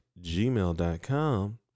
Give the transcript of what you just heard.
gmail.com